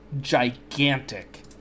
gigantic